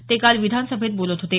ते काल विधानसभेत बोलत होते